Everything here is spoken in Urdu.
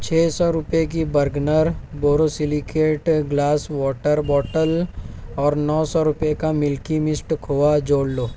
چھ سو روپے کی Borgner borosilicate glass water bottle اور نو سو روپے کا ملکی مسٹ کھووا جوڑ لو